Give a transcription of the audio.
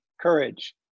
Courage